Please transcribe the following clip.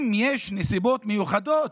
אם יש נסיבות מיוחדות,